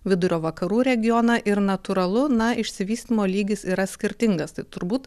vidurio vakarų regioną ir natūralu na išsivystymo lygis yra skirtingas tai turbūt